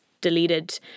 deleted